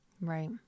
Right